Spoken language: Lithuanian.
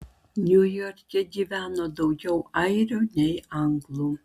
niujorke gyveno daugiau airių nei anglų